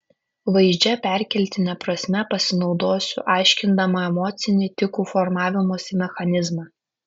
vaizdžia perkeltine prasme pasinaudosiu aiškindama emocinį tikų formavimosi mechanizmą